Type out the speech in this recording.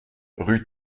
rue